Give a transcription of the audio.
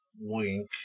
Wink